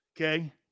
Okay